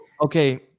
okay